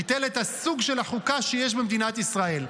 ביטל את הסוג של החוקה שיש במדינת ישראל.